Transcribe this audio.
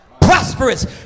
Prosperous